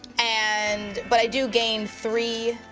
and, but i do gain three